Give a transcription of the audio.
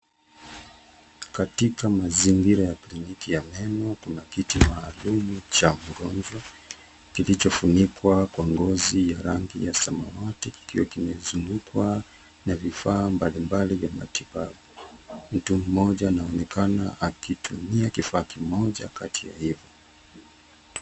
Katika mazingira ya kliniki ya meno kuna kiti maalumu cha mgonjwa kilichofunikwa kwa ngozi ya rangi ya samawati kikiwa kimezungukwa na vifaa mbalimbali vya matibabu. Mtu mmoja anaonekana akitumia kifaa kimoja kati ya hivyo.